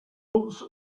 once